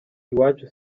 iwacu